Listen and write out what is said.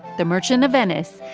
the merchant of venice,